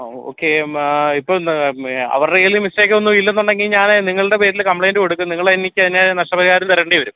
ഓ okay ഇപ്പം അവരുടെ കയ്യിൽ മിസ്റ്റേക്ക് ഒന്നും ഇല്ല എന്നുണ്ടെങ്കിൽ ഞാൻ നിങ്ങളുടെ പേരിൽ കംപ്ലെയിൻറ്റ് കൊടുക്കും നിങ്ങൾ എനിക്ക് അതിന് നഷ്ടപരിഹാരം തരേണ്ടി വരും